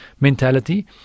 mentality